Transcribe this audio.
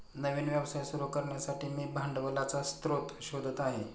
नवीन व्यवसाय सुरू करण्यासाठी मी भांडवलाचा स्रोत शोधत आहे